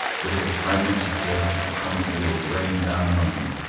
little fragments of dirt and crumbled wood rained down among them.